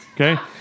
Okay